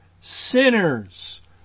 sinners